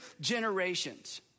generations